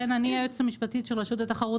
כן, אני היועצת המשפטית של רשות התחרות.